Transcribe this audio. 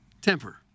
Temper